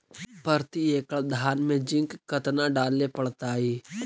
प्रती एकड़ धान मे जिंक कतना डाले पड़ताई?